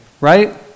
Right